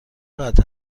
قدر